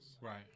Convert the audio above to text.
Right